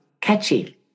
catchy